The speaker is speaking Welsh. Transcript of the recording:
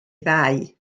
ddau